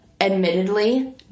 admittedly